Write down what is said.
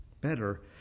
Better